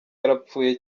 yarapfuye